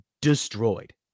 destroyed